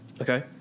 Okay